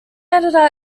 editor